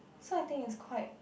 so I think it's quite